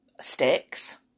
sticks